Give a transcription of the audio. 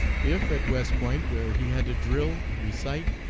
if at west point, where he had to drill, recite,